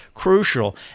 crucial